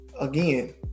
again